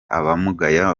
abamugaye